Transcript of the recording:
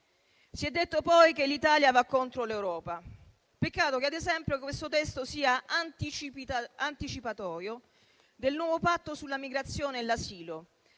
Si è detto poi che l'Italia va contro l'Europa. Peccato che, ad esempio, questo testo sia anticipatorio del nuovo patto sulla migrazione e l'asilo,